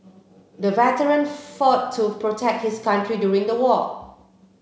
the veteran fought to protect his country during the war